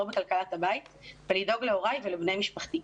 בכלכלת הבית ולדאוג להוריי ולבני משפחתי.